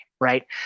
Right